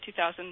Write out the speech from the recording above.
2000